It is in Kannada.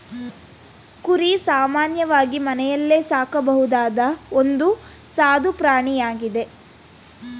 ಕುರಿ ಸಾಮಾನ್ಯವಾಗಿ ಮನೆಯಲ್ಲೇ ಸಾಕಬಹುದಾದ ಒಂದು ಸಾದು ಪ್ರಾಣಿಯಾಗಿದೆ